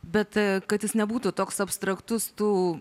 bet kad jis nebūtų toks abstraktus tu